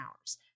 hours